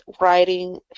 writing